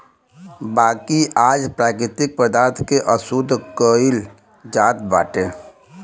बाकी आज प्राकृतिक पदार्थ के अशुद्ध कइल जात बाटे